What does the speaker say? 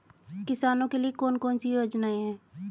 किसानों के लिए कौन कौन सी योजनाएं हैं?